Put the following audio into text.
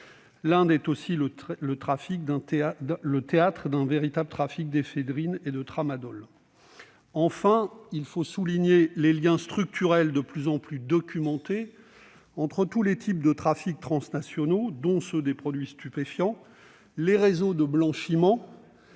L'Inde est aussi le théâtre d'un véritable trafic d'éphédrine et de Tramadol. Enfin, il faut souligner les liens structurels- ils sont de plus en plus documentés -entre tous les types de trafics transnationaux, par exemple ceux de produits stupéfiants, les réseaux de blanchiment